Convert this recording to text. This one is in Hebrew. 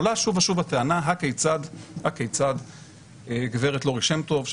עולה שוב ושוב הטענה הכיצד גב' לורי שם טוב,